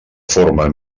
forma